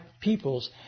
peoples